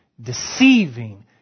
deceiving